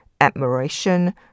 admiration